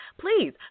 Please